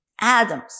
Adam's